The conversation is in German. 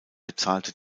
bezahlte